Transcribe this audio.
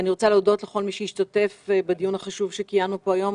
אני רוצה להודות לכל מי שהשתתף בדיון החשוב שקיימנו פה היום.